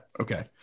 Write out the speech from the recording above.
Okay